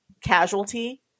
casualty